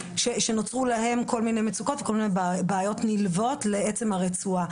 שנוצרו להם כל מיני מצוקות וכל מיני בעיות נלוות לעצם הקולרים.